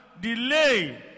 delay